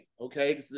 Okay